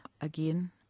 Again